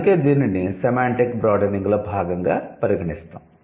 అందుకే దీనిని సెమాంటిక్ బ్రాడనింగ్లో భాగంగా పరిగణిస్తాం